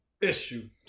issue